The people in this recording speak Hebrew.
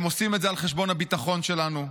הם עושים את זה על חשבון הביטחון שלנו,